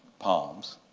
palms,